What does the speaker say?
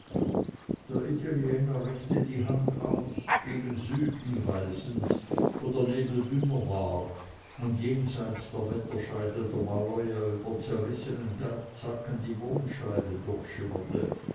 der italiener reckte die hand aus gegen süden weisend wo der nebel dünner war und jenseits der wetterscheide der maloja über zerrissenen bergzacken die mondscheibe